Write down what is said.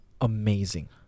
Amazing